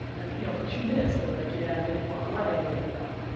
and you know for two minutes they'll be like, yeah and then you walk away and they're like, no.